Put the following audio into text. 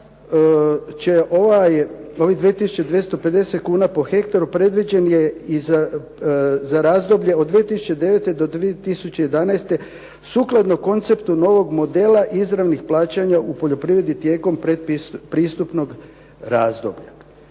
ovih 2250 kuna po hektaru predviđen je i za razdoblje od 2009. do 2011. sukladno konceptu novog modela izravnih plaćanja u poljoprivredi tijekom predpristupnog razdoblja.